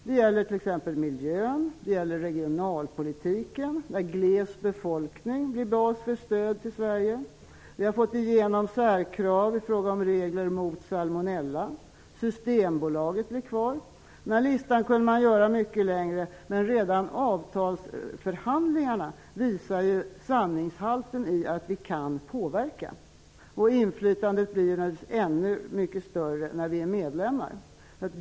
Det gäller t.ex. miljön eller regionalpolitiken där gles befolkning utgör en bas för stöd till Sverige. Vi har fått igenom särkrav i fråga om regler mot salmonella. Systembolaget blir kvar. Listan kan göras mycket längre. Redan avtalsförhandlingarna visar sanningshalten i att vi kan påverka. Inflytandet blir naturligtvis ännu större när vi är medlemmar.